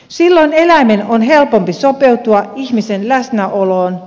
silloin eläimen on helpompi sopeutua ihmisen läsnäoloon